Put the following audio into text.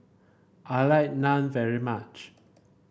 I like Naan very much